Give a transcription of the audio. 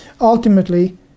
Ultimately